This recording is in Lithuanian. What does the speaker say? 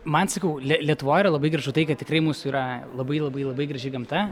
man sakau li lietuvoj yra labai gražu tai kad tikrai mūsų yra labai labai labai graži gamta